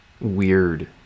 weird